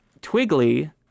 Twiggly